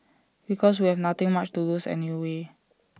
because we have nothing much to lose anyway